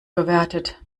gewertet